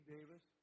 Davis